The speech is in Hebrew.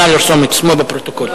נא לרשום את שמו בפרוטוקול.